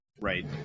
Right